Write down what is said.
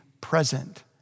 present